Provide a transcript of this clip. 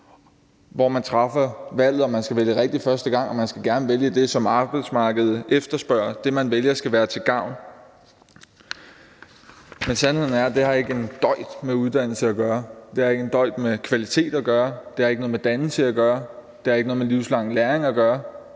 når man træffer valget, og man skal vælge rigtigt første gang, og man skal gerne vælge det, som arbejdsmarkedet efterspørger – det, man vælger, skal være til gavn. Men sandheden er, at det ikke har en døjt med uddannelse at gøre, det har ikke en døjt med kvalitet at gøre, det har ikke noget med dannelse at gøre, det har ikke noget med livslang læring at gøre,